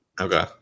Okay